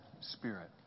spirit